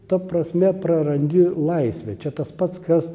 ta prasme prarandi laisvę čia tas pats kas